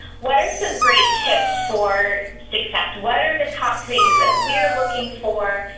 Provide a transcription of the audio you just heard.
what are some great tips for success? what are the top things that we're looking for?